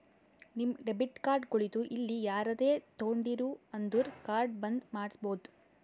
ನಿಮ್ debit card ಕಳಿತು ಇಲ್ಲ ಯಾರರೇ ತೊಂಡಿರು ಅಂದುರ್ ಕಾರ್ಡ್ ಬಂದ್ ಮಾಡ್ಸಬೋದು